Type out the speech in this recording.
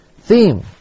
theme